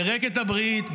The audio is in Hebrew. פירק את הברית,